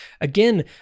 again